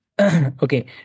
okay